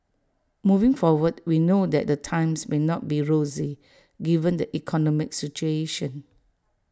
moving forward we know that the times may not be rosy given the economic situation